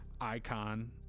icon